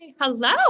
Hello